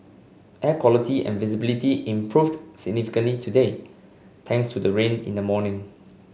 air quality and visibility improved significantly today thanks to the rain in the morning